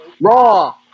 Raw